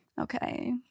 Okay